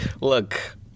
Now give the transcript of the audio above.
Look